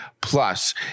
Plus